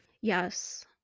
Yes